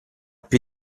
più